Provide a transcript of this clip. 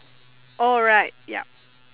orh right yup